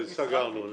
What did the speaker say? סגרנו.